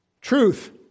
Truth